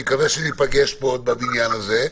אני מקווה שניפגש פה עוד בבניין הזה.